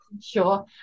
sure